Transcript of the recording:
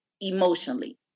emotionally